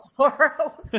tomorrow